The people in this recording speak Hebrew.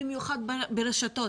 במיוחד ברשתות.